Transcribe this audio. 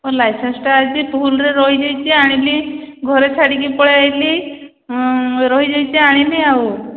ମୋ ଲାଇସେନ୍ସଟା ଆଜି ଭୁଲ୍ରେ ରହିଯାଇଛି ଆଣିନି ଘରେ ଛାଡ଼ିକି ପଳେଇ ଆଇଲି ରହିଯାଇଛି ଆଣିନି ଆଉ